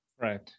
right